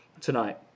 tonight